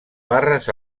barres